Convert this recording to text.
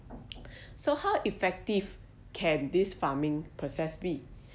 so how effective can this farming process be